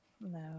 No